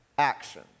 action